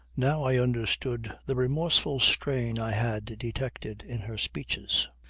now i understood the remorseful strain i had detected in her speeches.